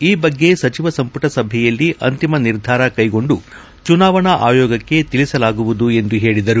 ಈ ಬಗ್ಗೆ ಸಚಿವ ಸಂಪುಟ ಸಭೆಯಲ್ಲಿ ಅಂತಿಮ ನಿರ್ಧಾರ ಕೈಗೊಂಡು ಚುನಾವಣಾ ಆಯೋಗಕ್ಕೆ ತಿಳಿಸಲಾಗುವುದು ಎಂದು ಹೇಳಿದರು